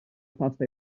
pasta